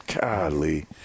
Golly